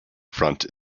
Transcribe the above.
front